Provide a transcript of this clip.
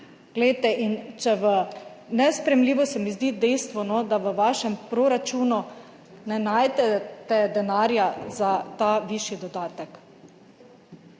vsem otrokom. Nesprejemljivo se mi zdi dejstvo, da v vašem proračunu ne najdete denarja za ta višji dodatek.